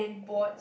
oh